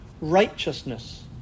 righteousness